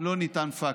לא ניתן פקטור.